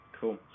cool